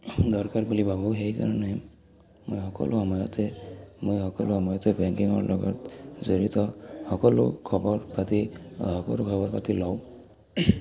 দৰকাৰ বুলি ভাবোঁ সেইকাৰণে মই সকলো সময়তে মই সকলো সময়তে বেংকিঙৰ লগত জড়িত সকলো খবৰ পাতি সকলো খবৰ পাতি লওঁ